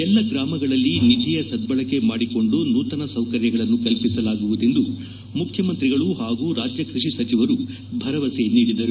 ಎಲ್ಲ ಗ್ರಾಮಗಳಲ್ಲಿ ನಿಧಿಯ ಸದ್ದಳಕೆ ಮಾಡಿಕೊಂಡು ನೂತನ ಸೌಕರ್ಯಗಳನ್ನು ಕಲ್ಪಿಸಲಾಗುವುದೆಂದು ಮುಖ್ಚಮಂತ್ರಿಗಳು ಹಾಗೂ ರಾಜ್ಯ ಕೃಷಿ ಸಚಿವರು ಭರವಸೆ ನೀಡಿದರು